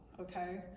okay